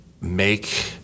make